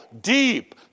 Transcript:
deep